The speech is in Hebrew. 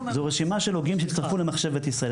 זוהי רשימה של הוגים שהצטרפו למחשבת ישראל.